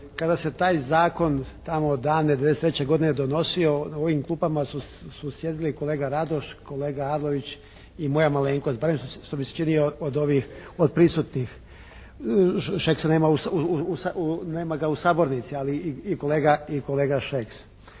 kada se taj zakon tamo davne '93. godine donosio u ovim klupama su sjedili kolega Radoš, kolega Arlović i moja malenkost barem što mi se čini od ovih prisutnih. Šeksa nema u, nema ga u sabornici ali i kolega Šeks.